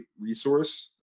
resource